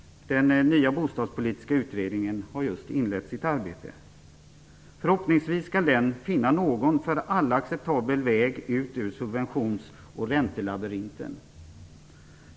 Den nya bostadspolitiska utredningen har just inlett sitt arbete. Förhoppningsvis skall den finna någon för alla acceptabel väg ut ur subventions och räntelabyrinten.